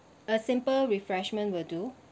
a simple refreshment will do